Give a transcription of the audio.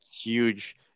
huge